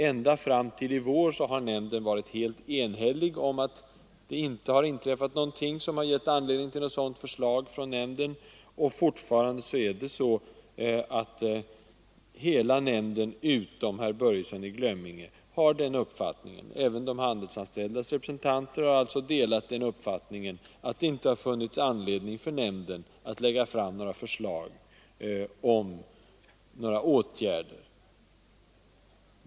Ända fram till i vår har nämnden varit helt enig om att det inte har inträffat någonting som gett nämnden anledning att framlägga ett sådant förslag, och fortfarande har hela nämnden utom herr Börjesson i Glömminge denna uppfattning. Även de handelsanställdas representanter har delat uppfattningen att det inte har funnits anledning för nämnden att lägga fram några förslag om åtgärder.